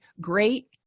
great